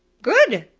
good.